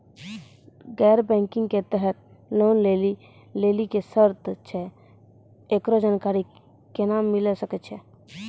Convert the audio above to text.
गैर बैंकिंग के तहत लोन लए लेली की सर्त छै, एकरो जानकारी केना मिले सकय छै?